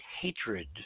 hatred